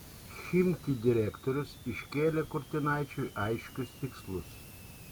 chimki direktorius iškėlė kurtinaičiui aiškius tikslus